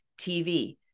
TV